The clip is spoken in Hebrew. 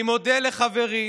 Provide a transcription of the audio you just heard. אני מודה לחברי